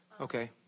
Okay